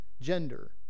gender